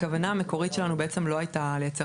הכוונה המקורית שלנו בעצם לא הייתה לייצר